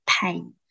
pain